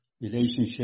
relationship